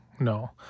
No